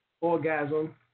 orgasm